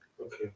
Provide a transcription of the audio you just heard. Okay